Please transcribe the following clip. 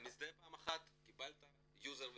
אתה מזדהה פעם אחת, קיבלת יוזר וסיסמה,